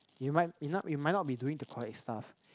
you might you not you might not be doing the correct stuff